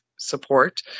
support